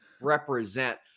represent